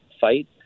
fight